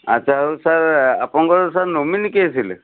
ଆଚ୍ଛା ହଉ ସାର୍ ଆପଣଙ୍କର ସାର୍ ନୋମିନି କିଏ ଥିଲେ